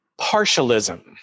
partialism